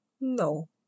No